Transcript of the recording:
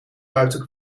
buiten